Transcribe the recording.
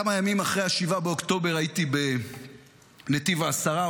כמה ימים אחרי 7 באוקטובר הייתי בנתיב העשרה,